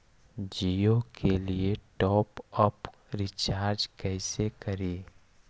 जियो के लिए top up recharge कैसे करी?